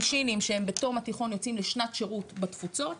שינשינים שהם בתום התיכון יוצאים לשנת שירות בתפוצות,